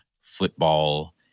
football